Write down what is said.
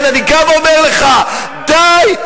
כן, אני גם אומר לך: די,